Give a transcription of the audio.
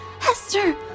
Hester